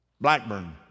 Blackburn